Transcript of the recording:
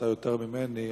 אתה יותר ממני,